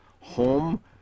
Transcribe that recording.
home